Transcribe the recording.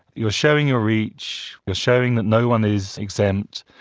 you're showing your reach, you're showing that no one is exempt,